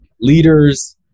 leaders